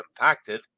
impacted